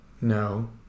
no